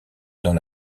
dans